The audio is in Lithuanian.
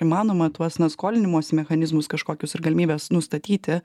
įmanoma tuos na skolinimosi mechanizmus kažkokius ir galimybes nustatyti